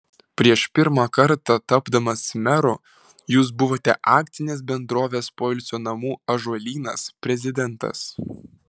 prieš pirmą kartą tapdamas meru jūs buvote akcinės bendrovės poilsio namų ąžuolynas prezidentas